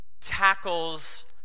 tackles